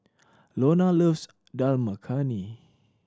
loves Dal Makhani